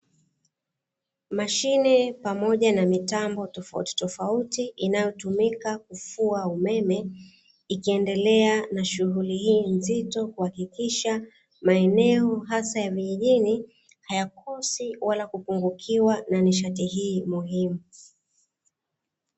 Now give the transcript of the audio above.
Mashine pamoja na mitambo tofautitofauti, inayotumika kufua umeme, ikiendelea na shughuli hiyo nzito kuhakikisha maeneo hasa ya vijijini hayakosi wala kupungukiwa na nishati hii muhimu.